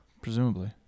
Presumably